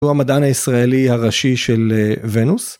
הוא המדען הישראלי הראשי של ונוס.